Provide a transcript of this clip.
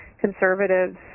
conservatives